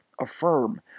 affirm